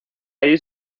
ahí